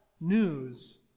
news